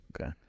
Okay